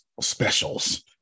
specials